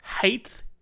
Hates